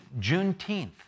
Juneteenth